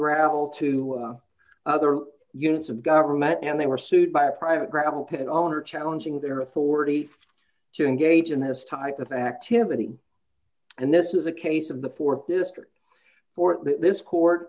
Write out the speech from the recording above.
gravel to other units of government and they were sued by a private gravel pit owner challenging their authority to engage in this type of activity and this is a case of the th district for this court